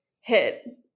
hit